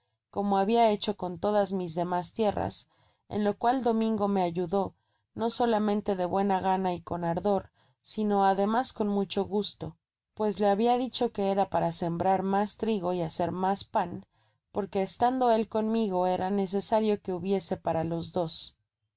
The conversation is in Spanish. como habia hecho con todas mis demás tierras en lo cual domingo me ayudó no solamente de buena gana y con ardor sino además con mucho gusto pues le habia dicho que era para sembrar mas trigo y hacer mas pan porque estando él conmigo era necesario que hubiese para los dos